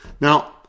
Now